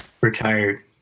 retired